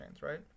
right